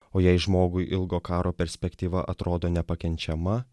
o jei žmogui ilgo karo perspektyva atrodo nepakenčiama